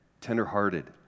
tenderhearted